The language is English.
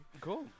Cool